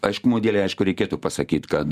aiškumo dėlei aišku reikėtų pasakyt kad